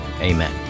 Amen